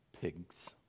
pigs